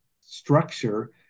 structure